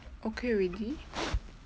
okay already